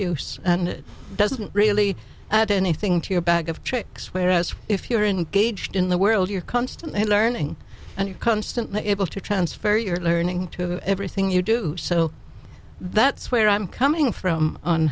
use and it doesn't really add anything to your bag of tricks whereas if you're in gauged in the world you're constantly learning and constantly able to transfer your learning to everything you do so that's where i'm coming from on